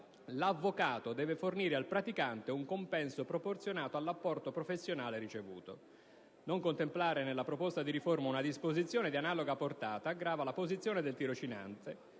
l'avvocato deve fornire al praticante un compenso proporzionato all'apporto professionale ricevuto. Non contemplare nella proposta di riforma una disposizione di analoga portata aggrava la posizione del tirocinante,